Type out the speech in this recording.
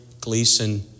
Gleason